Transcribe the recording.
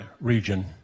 region